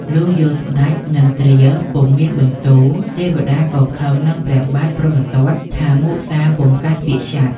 លុះយល់ស្តេចនិទ្រាពុំមានបន្ទូល ទេវតាក៏ខឹងនឹងព្រះបាទព្រហ្មទត្តថាមុសាពុំកាន់ពាក្យសត្យ។